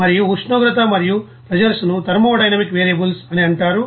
మరియు ఉష్ణోగ్రత మరియు ప్రెస్సుర్స్ ను థర్మోడైనమిక్ వేరియబుల్స్ అని అంటారు